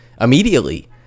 immediately